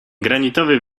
granitowy